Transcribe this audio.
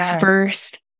first